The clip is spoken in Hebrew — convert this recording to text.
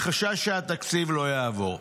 מחשש שהתקציב לא יעבור.